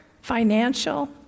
financial